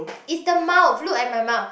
it's the mouth look at my mouth